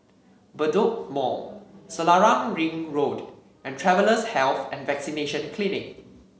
Bedok Mall Selarang Ring Road and Travellers' Health and Vaccination Clinic